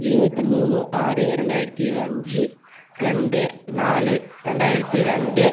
இருபத்தி மூணு ஆறு ரெண்டாயிரத்து அஞ்சு ரெண்டு நாலு ரெண்டாயிரத்து ரெண்டு